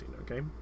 okay